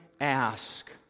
ask